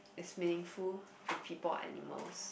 is meaningful to people animals